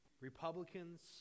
Republicans